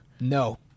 No